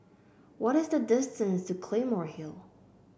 what is the distance to Claymore Hill